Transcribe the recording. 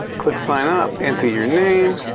click sign up, enter your name